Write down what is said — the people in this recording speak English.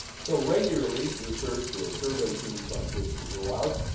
so regularly research or survey teams like this will go out.